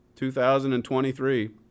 2023